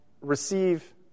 receive